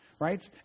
right